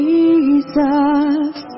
Jesus